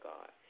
God